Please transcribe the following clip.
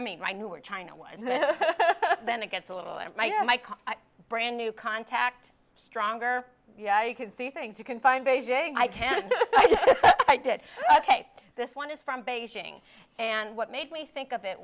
i mean i knew or china was then it gets a little out of my brand new contact stronger yeah you can see things you can find beijing i can i did ok this one is from beijing and what made me think of it